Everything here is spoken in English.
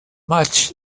much